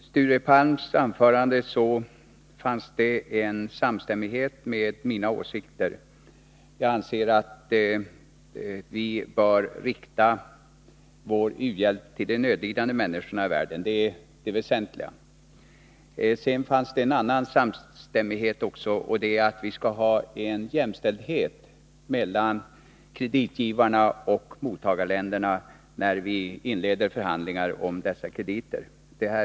Fru talman! Det fanns i Sture Palms anförande en samstämmighet med mina åsikter. Jag anser att vi bör rikta vår hjälp till de nödlidande människorna i världen. Det är det väsentliga. Vi är också samstämmiga i uppfattningen att det skall råda jämställdhet mellan kreditgivarna och mottagarländerna när vi inleder förhandlingar om de krediter det gäller.